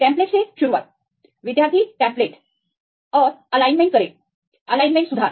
template से शुरुआत विद्यार्थी टेंपलेट और एलाइनमेंट करें एलाइनमेंट सुधार